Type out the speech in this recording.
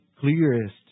clearest